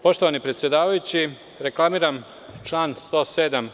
Poštovani predsedavajući, reklamiram povredu člana 107.